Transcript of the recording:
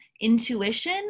intuition